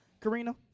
Karina